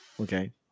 Okay